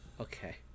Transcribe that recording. Okay